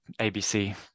ABC